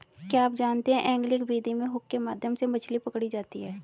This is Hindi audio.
क्या आप जानते है एंगलिंग विधि में हुक के माध्यम से मछली पकड़ी जाती है